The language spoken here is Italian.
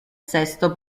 sesto